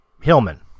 Hillman